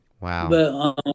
Wow